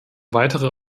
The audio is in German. weitere